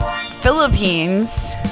Philippines